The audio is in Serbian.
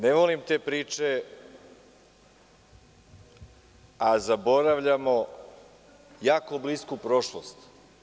Ne volim te priče, a zaboravljamo jako blisku prošlost.